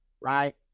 right